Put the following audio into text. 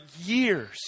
years